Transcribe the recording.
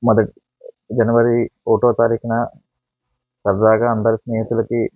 మొదటి జనవరి ఒకటవ తారీఖున సరదాగా అందరి స్నేహితులకి